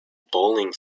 bowling